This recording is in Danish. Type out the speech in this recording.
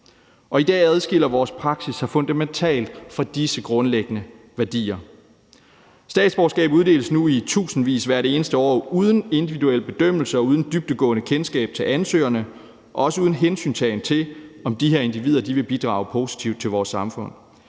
I dag adskiller vores praksis sig fundamentalt fra disse grundlæggende værdier. Statsborgerskab uddeles nu i tusindvis hvert eneste år uden individuel bedømmelse og uden dybdegående kendskab til ansøgerne, også uden hensyntagen til, om de her individer vil bidrage positivt til vores samfund.